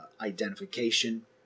identification